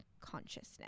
consciousness